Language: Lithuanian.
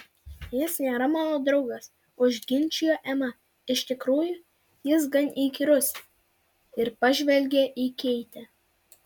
jis nėra mano draugas užginčijo ema iš tikrųjų jis gan įkyrus ir pažvelgė į keitę